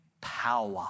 power